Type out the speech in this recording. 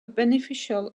beneficial